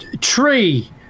tree